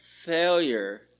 failure